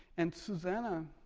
and susannah,